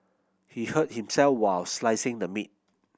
he hurt himself while slicing the meat